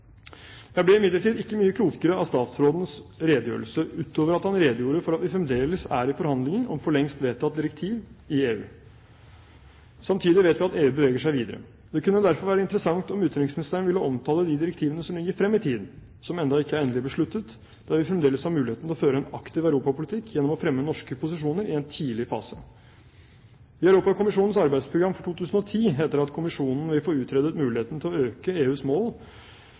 Jeg ble imidlertid ikke mye klokere av utenriksministerens redegjørelse utover at han redegjorde for at vi fremdeles er i forhandlinger om for lengst vedtatte direktiv i EU. Samtidig vet vi at EU beveger seg videre. Det kunne derfor være interessant om utenriksministeren ville omtale de direktivene som ligger frem i tid, som ennå ikke er endelig besluttet, der vi fremdeles har muligheten til å føre en aktiv europapolitikk gjennom å fremme norske posisjoner i en tidlig fase. I Europakommisjonens arbeidsprogram for 2010 heter det at kommisjonen vil få utredet muligheten til å øke EUs mål